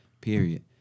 period